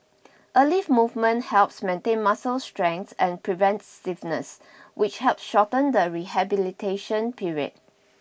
early movement helps maintain muscle strength and prevents stiffness which help shorten the rehabilitation period